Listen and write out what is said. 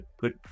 good